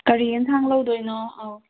ꯀꯔꯤ ꯌꯦꯟꯁꯥꯡ ꯂꯧꯗꯣꯏꯅꯣ ꯑꯧ